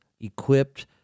equipped